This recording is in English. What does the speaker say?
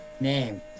name